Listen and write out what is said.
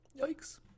Yikes